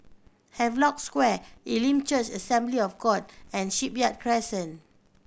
Havelock Square Elim Church Assembly of God and Shipyard Crescent